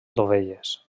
dovelles